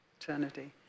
Eternity